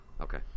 Okay